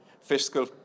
fiscal